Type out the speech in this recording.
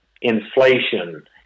inflation